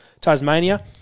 Tasmania